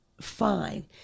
fine